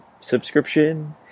subscription